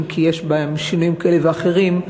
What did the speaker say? אם כי יש בהם שינויים כאלה ואחרים,